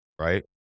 Right